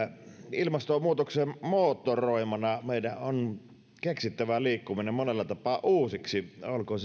ilmastonmuutoksen moottoroimana meidän on keksittävä liikkuminen monella tapaa uusiksi olkoon